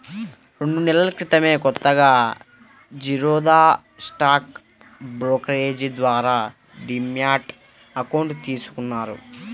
రెండు నెలల క్రితమే కొత్తగా జిరోదా స్టాక్ బ్రోకరేజీ ద్వారా డీమ్యాట్ అకౌంట్ తీసుకున్నాను